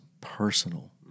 personal